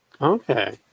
Okay